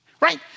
right